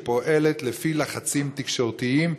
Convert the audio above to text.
שפועלת לפי לחצים תקשורתיים.